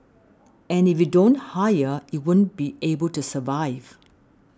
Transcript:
and if you don't hire you won't be able to survive